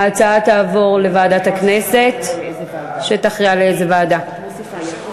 ההצעה תעבור לוועדת הכנסת, שתכריע לאיזה ועדה.